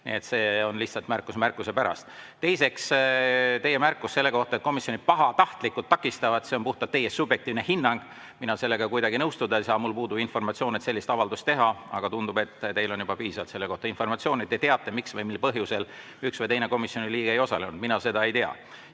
see on lihtsalt märkus märkuse pärast. Teiseks, teie märkus selle kohta, et komisjonid pahatahtlikult takistavad. See on puhtalt teie subjektiivne hinnang. Mina sellega kuidagi nõustuda ei saa, mul puudub informatsioon, et sellist avaldust teha, aga tundub, et teil on juba piisavalt selle kohta informatsiooni, te teate, miks või mis põhjusel üks või teine komisjoni liige ei osalenud. Mina seda ei tea.